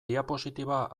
diapositiba